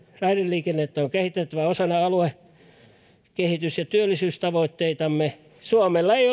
raideliikennettä on kehitettävä osana aluekehitys ja työllisyystavoitteitamme suomella ei